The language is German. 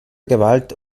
gewalt